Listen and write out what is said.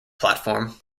platform